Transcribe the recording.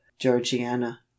georgiana